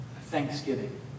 thanksgiving